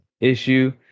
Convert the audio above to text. issue